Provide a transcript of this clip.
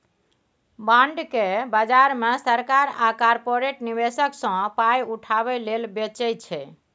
bond केँ बजार मे सरकार आ कारपोरेट निबेशक सँ पाइ उठाबै लेल बेचै छै